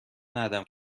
ندم